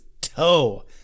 toe